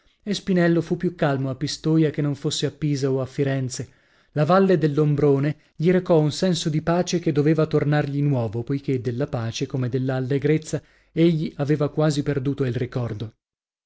e spinello fu più calmo a pistoia che non fosse a pisa o a firenze la valle dell'ombrone gli recò un senso di pace che doveva tornargli nuovo poichè della pace come della allegrezza egli aveva quasi perduto il ricordo